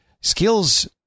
skills